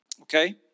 okay